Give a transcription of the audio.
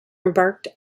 embarked